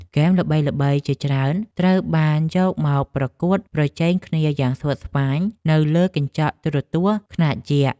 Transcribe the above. ហ្គេមល្បីៗជាច្រើនត្រូវបានយកមកប្រកួតប្រជែងគ្នាយ៉ាងស្វិតស្វាញនៅលើកញ្ចក់ទូរទស្សន៍ខ្នាតយក្ស។